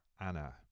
Anna